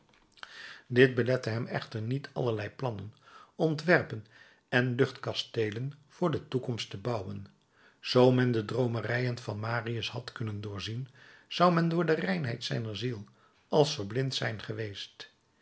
dit belette hem echter niet allerlei plannen ontwerpen en luchtkasteelen voor de toekomst te bouwen zoo men de droomerijen van marius had kunnen doorzien zou men door de reinheid zijner ziel als verblind zijn geweest